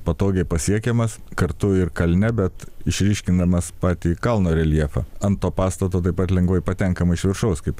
patogiai pasiekiamas kartu ir kalne bet išryškindamas patį kalno reljefą ant to pastato taip pat lengvai patenkama iš viršaus kaip